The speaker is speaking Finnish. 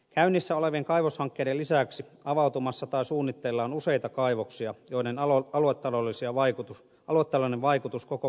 käynnissä olevien kaivoshankkeiden lisäksi avautumassa tai suunnitteilla on useita kaivoksia joiden aluetaloudellinen vaikutus koko kansantalouteen on huomattava